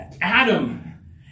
Adam